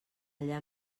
allà